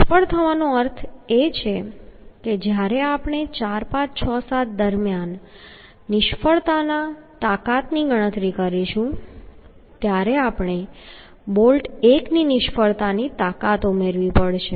નિષ્ફળ થવાનો અર્થ એ છે કે જ્યારે આપણે 4 5 6 7 દરમિયાન નિષ્ફળતાની તાકાતની ગણતરી કરીશું ત્યારે આપણે બોલ્ટ 1 ની નિષ્ફળતાની તાકાત ઉમેરવી પડશે